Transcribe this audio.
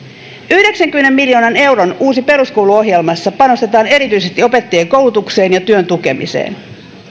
yhdeksänkymmenen miljoonan euron uusi peruskoulu ohjelmassa panostetaan erityisesti opettajien koulutukseen ja työn tukemiseen